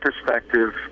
perspective